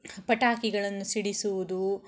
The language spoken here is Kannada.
ಪಟಾಕಿಗಳನ್ನು ಸಿಡಿಸುವುದು